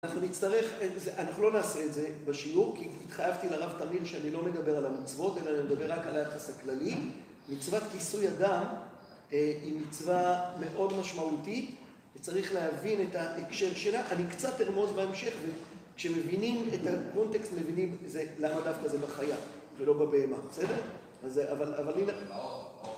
אנחנו נצטרך, אנחנו לא נעשה את זה בשיעור, כי התחייבתי לרב תמיר שאני לא מדבר על המצוות, אלא אני מדבר רק על היחס הכללי. מצוות כיסוי אדם היא מצווה מאוד משמעותית וצריך להבין את ההקשר שלה. אני קצת ארמוז בהמשך וכשמבינים את הקונטקסט, מבינים, זה לא היה דווקא, זה בחייה ולא בבהמה, בסדר? אז זה, אבל, אבל...